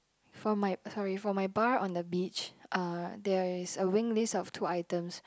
for my uh sorry for my bar on the beach uh there is a wing list of two items